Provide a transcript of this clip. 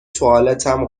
توالتم